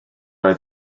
oedd